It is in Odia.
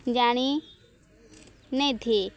ଜାଣିନେଇଥି